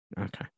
Okay